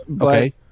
Okay